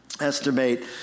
estimate